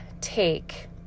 take